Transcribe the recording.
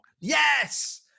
Yes